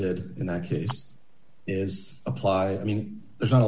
did in that case is apply i mean there's